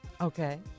Okay